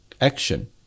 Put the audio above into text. action